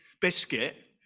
biscuit